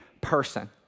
person